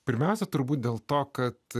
pirmiausia turbūt dėl to kad